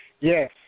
Yes